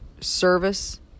service